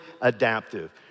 adaptive